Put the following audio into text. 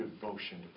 devotion